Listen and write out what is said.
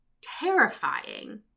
terrifying